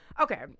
Okay